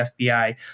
FBI